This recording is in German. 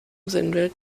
sinnbild